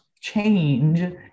change